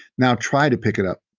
now try to pick it up.